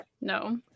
No